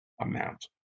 amount